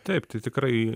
taip tai tikrai